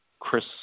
Chris